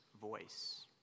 voice